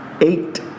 eight